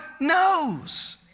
knows